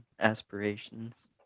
Aspirations